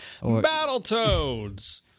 Battletoads